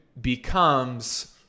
becomes